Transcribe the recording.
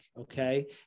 Okay